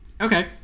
Okay